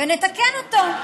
ונתקן אותו.